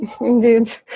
indeed